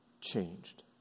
changed